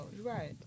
Right